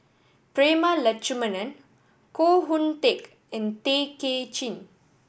Prema Letchumanan Koh Hoon Teck and Tay Kay Chin